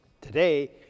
Today